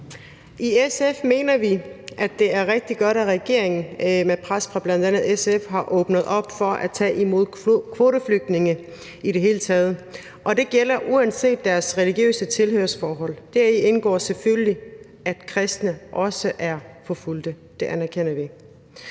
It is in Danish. I SF mener vi, at det er rigtig godt, at regeringen med pres fra bl.a. SF har åbnet op for at tage imod kvoteflygtninge – i det hele taget – og det gælder uanset deres religiøse tilhørsforhold, og deri indgår selvfølgelig, at kristne også er forfulgte. Det anerkender vi.